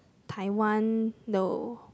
Taiwan no